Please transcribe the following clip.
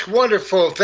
wonderful